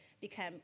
become